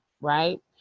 right